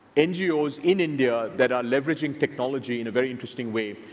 ngos in india that are leveraging technology in a very interesting way,